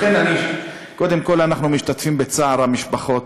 קודם כול, אנחנו משתתפים בצער המשפחות.